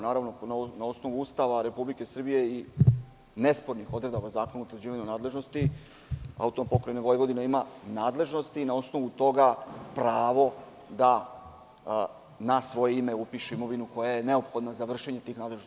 Na osnovu Ustava Republike Srbije i nespornih odredaba Zakona o utvrđivanju nadležnosti AP Vojvodina ima nadležnosti i na osnovu toga pravo da na svoje ime upiše imovinu neophodnu za vršenje tih nadležnosti.